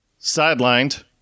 Sidelined